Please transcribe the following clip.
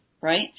right